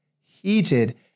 Heated